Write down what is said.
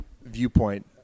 viewpoint